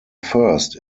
first